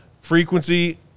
frequency